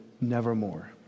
nevermore